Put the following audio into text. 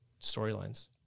Storylines